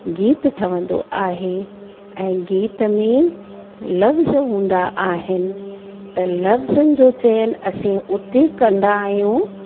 गीत ठहंदो आहे ऐं गीत में लफ़्ज़ हूंदा आहिनि त लफ़्ज़नि जो चयनि असी उते कंदा आहियूं